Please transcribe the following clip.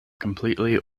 completely